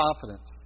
confidence